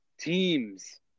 teams